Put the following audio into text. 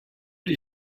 les